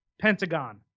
Pentagon